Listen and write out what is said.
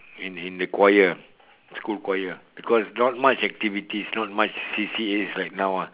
in in the choir school choir because not much activities not much C_C_A like now ah